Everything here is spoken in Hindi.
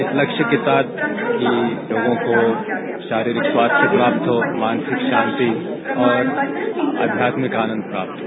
इस लक्ष्य के साथ कि लोगों को शारीरिक स्वास्थ्य प्राप्त हो मानसिक शांति और आध्यात्मिक आनंद प्राप्त हो